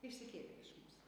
išsikėlė iš mūs